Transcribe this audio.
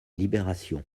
libération